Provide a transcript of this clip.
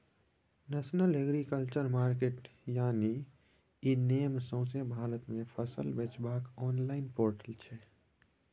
national agriculture market यानी e NAM सौंसे भारत मे फसल बेचबाक आनलॉइन पोर्टल छै